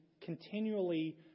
continually